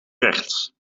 rechts